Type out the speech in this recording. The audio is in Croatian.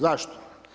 Zašto?